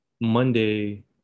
monday